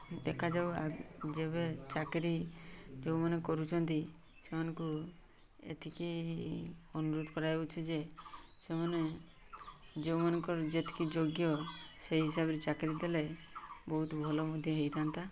ଦେଖାଯାଉ ଯେବେ ଚାକିରି ଯେଉଁମାନେ କରୁଛନ୍ତି ସେମାନଙ୍କୁ ଏତିକି ଅନୁରୋଧ କରାଯାଉଛି ଯେ ସେମାନେ ଯେଉଁମାନଙ୍କର ଯେତିକି ଯୋଗ୍ୟ ସେଇ ହିସାବରେ ଚାକିରି ଦେଲେ ବହୁତ ଭଲ ମଧ୍ୟ ହୋଇଥାନ୍ତା